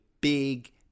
big